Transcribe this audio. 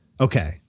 Okay